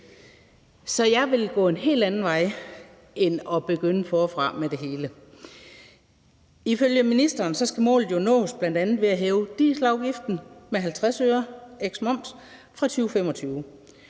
Så jeg vil gå en helt anden vej end at begynde forfra med det hele. Ifølge ministeren skal målene nås ved bl.a. at hæve dieselafgiften med 50 øre eksklusive moms fra 2025,